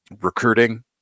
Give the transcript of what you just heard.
recruiting